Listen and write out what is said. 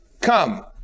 come